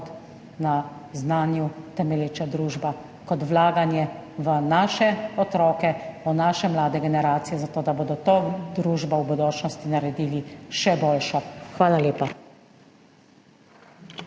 na znanju temelječa družba, kot vlaganje v naše otroke, v naše mlade generacije, zato da bodo to družbo v bodočnosti naredili še boljšo. Hvala lepa.